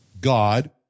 God